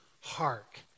hark